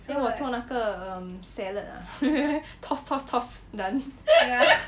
eh 我做那个 um salad ah toss toss toss done